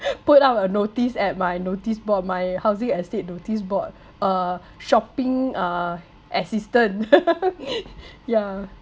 put up a notice at my notice board my housing estate notice board uh shopping uh assistant yeah